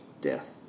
death